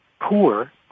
poor